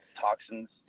toxins